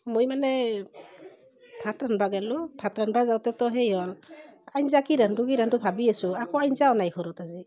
মই মানে ভাত ৰান্ধিব গ'লো ভাত ৰান্ধিব যাওঁতেতো সেই হ'ল আঞ্জা কি ৰান্ধো কি ৰান্ধো ভাবি আছোঁ একো আঞ্জাও নাই ঘৰত আজি